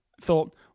thought